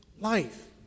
life